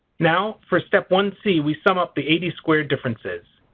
now for step one c we sum up the eighty squared differences.